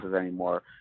anymore